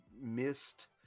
missed